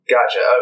Gotcha